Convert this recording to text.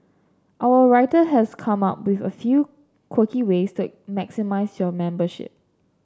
our writer has come up with a few quirky ways to it maximise your membership